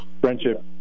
Friendship